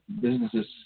businesses